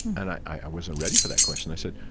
and i, i wasn't ready for that question. i said,